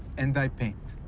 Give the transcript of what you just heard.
and i paint.